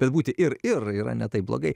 bet būti ir ir yra ne taip blogai